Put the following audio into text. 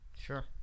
Sure